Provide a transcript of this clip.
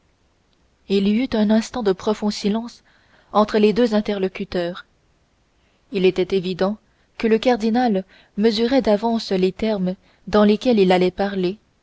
il y eut un instant de profond silence entre les deux interlocuteurs il était évident que le cardinal mesurait d'avance les termes dans lesquels il allait parler